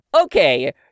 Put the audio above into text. Okay